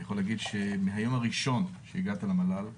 אני יכול להגיד שמהיום הראשון שהגעת למל"ל אני,